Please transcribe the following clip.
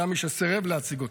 היה מי שסירב להציג אותו.